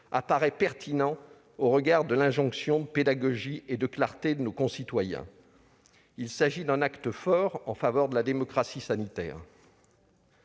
apparaît pertinent au regard de l'injonction de pédagogie et de clarté qu'exigent nos concitoyens. Il s'agit d'un acte fort en faveur de la démocratie sanitaire.